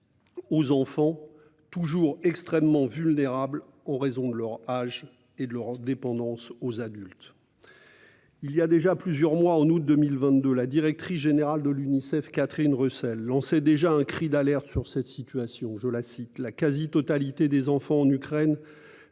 ils sont toujours extrêmement vulnérables en raison de leur âge et de leur dépendance aux adultes. Il y a déjà plusieurs mois, en août 2022, la directrice générale de l'Unicef, Catherine Russell, lançait déjà un cri d'alarme sur cette situation, en déclarant :« La quasi-totalité des enfants en Ukraine